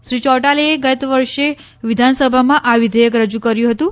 શ્રી ચૌટાલેએ ગત વર્ષે વિધાનસભામાં આ વિઘેયક રજૂ કર્યું હતું